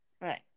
right